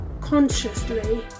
consciously